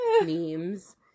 memes